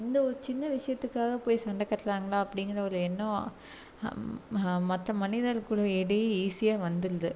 இந்த ஒரு சின்ன விஷயத்துக்காக போய் சண்ட கட்டுறாங்களா அப்படிங்கிற ஒரு எண்ணம் ம மத்த மனிதர் கூட இடையே ஈஸியா வந்துருது